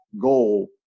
goal